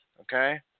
Okay